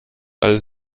alles